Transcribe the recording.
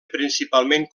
principalment